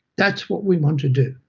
that's what we want to do,